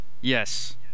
Yes